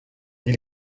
dit